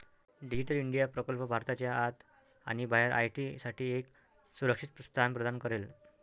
digital India प्रकल्प भारताच्या आत आणि बाहेर आय.टी साठी एक सुरक्षित स्थान प्रदान करेल